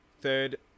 third